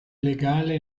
legale